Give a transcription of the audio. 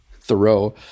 Thoreau